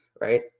Right